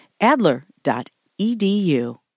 Adler.edu